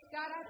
God